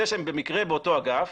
זה שהן במקרה באותו אגף,